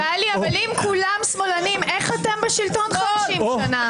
טלי, אם כולם שמאלנים, איך אתם בשלטון 50 שנה?